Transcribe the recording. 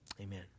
amen